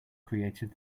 creative